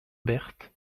berthe